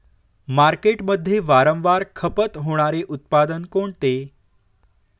मार्केटमध्ये वारंवार खपत होणारे उत्पादन कोणते?